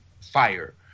fire